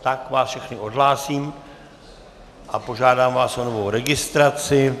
Tak vás všechny odhlásím a požádám vás o novou registraci.